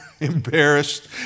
embarrassed